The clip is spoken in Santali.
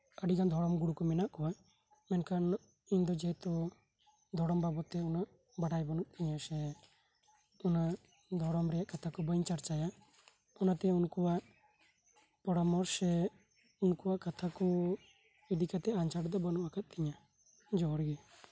ᱟᱹᱰᱤᱜᱟᱱ ᱫᱷᱚᱨᱚᱢ ᱜᱩᱨᱩᱠᱩ ᱢᱮᱱᱟᱜ ᱠᱚᱣᱟ ᱢᱮᱱᱠᱷᱟᱱ ᱤᱧᱫᱚ ᱡᱮᱦᱮᱛᱩ ᱫᱷᱚᱨᱚᱢ ᱵᱟᱵᱚᱫ ᱛᱮ ᱩᱱᱟᱹᱜ ᱵᱟᱰᱟᱭ ᱵᱟᱹᱱᱩᱜ ᱛᱤᱧᱟᱹᱥᱮ ᱩᱱᱟᱹᱜ ᱫᱷᱚᱨᱚᱢ ᱨᱮᱭᱟᱜ ᱠᱟᱛᱷᱟᱠᱩ ᱵᱟᱹᱧ ᱪᱟᱨᱪᱟᱭᱟ ᱚᱱᱟᱛᱮ ᱩᱱᱠᱩᱣᱟᱜ ᱯᱚᱨᱟ ᱢᱚᱨᱥᱮ ᱩᱱᱠᱩᱣᱟᱜ ᱠᱟᱛᱷᱟᱠᱩ ᱤᱫᱤ ᱠᱟᱛᱮᱜ ᱟᱡᱷᱟᱴ ᱫᱚ ᱵᱟᱹᱱᱩᱜ ᱟᱠᱟᱫ ᱛᱤᱧᱟᱹ ᱡᱚᱦᱟᱨ ᱜᱮ